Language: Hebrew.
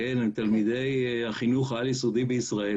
הם תלמידי החינוך העל-יסודי בישראל